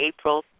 April